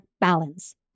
balance